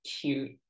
cute